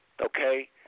Okay